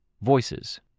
Voices